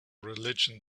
religion